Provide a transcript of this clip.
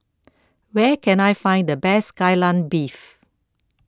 where can I find the best Kai Lan Beef